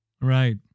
Right